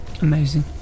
Amazing